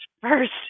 first